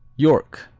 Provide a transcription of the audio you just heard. york,